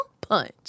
punch